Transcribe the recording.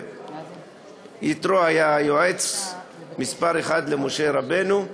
יתרו היה היועץ מספר אחת למשה רבנו,